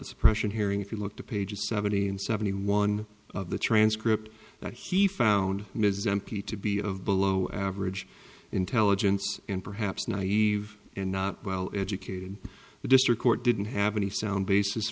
suppression here if you look to page seventy and seventy one of the transcript that he found mrs m p to be of below average intelligence and perhaps naive and not well educated the district court didn't have any sound basis